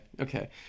okay